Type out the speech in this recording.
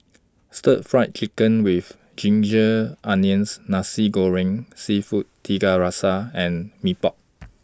Stir Fried Chicken with Ginger Onions Nasi Goreng Seafood Tiga Rasa and Mee Pok